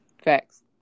Facts